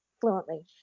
fluently